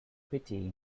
pity